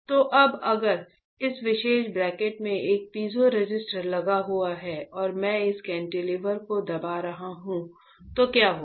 तो अब अगर इस विशेष ब्रैकेट में एक पीजो रेसिस्टर लगा हुआ है और मैं इस केंटिलीवर को दबा रहा हूं तो क्या होगा